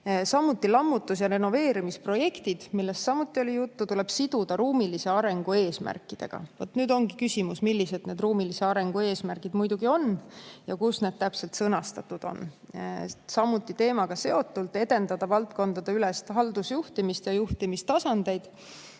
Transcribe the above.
Samuti lammutus- ja renoveerimisprojektid, millest oli ka juttu, tuleb siduda ruumilise arengu eesmärkidega. Vaat nüüd ongi küsimus, millised need ruumilise arengu eesmärgid muidugi on ja kus need täpselt sõnastatud on. Samuti teemaga seotult, edendada valdkondadeülest haldusjuhtimist ja juhtimistasandeid.